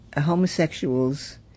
homosexuals